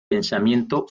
pensamiento